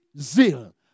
zeal